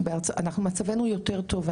ומצבנו יותר טוב.